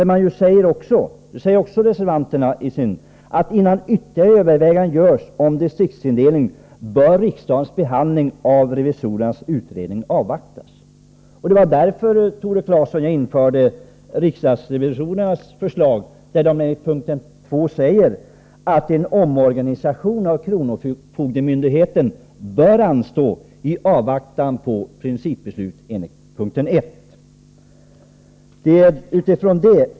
I reservation 1 står att ”innan ytterligare överväganden görs om distriktsindelningen bör riksdagens behandling av revisorernas utredning avvaktas ——”. Det var därför, Tore Claeson, som jag hörsammade riksdagsrevisorernas åsikt. I p. 2 säger de att en omorganisation av kronofogdemyndigheten bör anstå i avvaktan på principbeslut enligt p. 1.